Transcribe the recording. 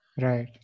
right